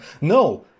no